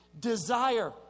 desire